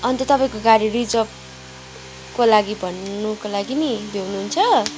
अन्त तपाईँको गाडी रिजर्भको लागि भन्नुको लागि नि भ्याउनुहुन्छ